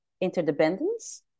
interdependence